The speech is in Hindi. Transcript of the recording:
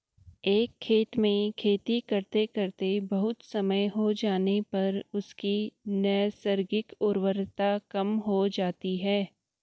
एक खेत में खेती करते करते बहुत समय हो जाने पर उसकी नैसर्गिक उर्वरता कम हो जाती है